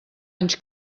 anys